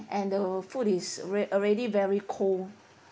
and the food is rea~ already very cold